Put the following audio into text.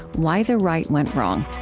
why the right went wrong